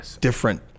different